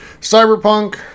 Cyberpunk